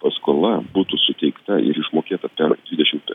paskola būtų suteikta ir išmokėta per dvidešimt